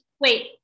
Wait